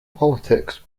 politics